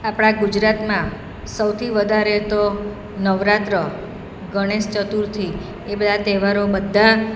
આપણા ગુજરાતમાં સૌથી વધારે તો નવરાત્ર ગણેશ ચતુર્થી એ બધા તહેવારો બધા